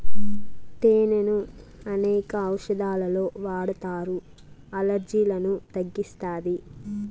తేనెను అనేక ఔషదాలలో వాడతారు, అలర్జీలను తగ్గిస్తాది